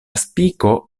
spiko